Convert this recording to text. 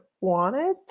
wanted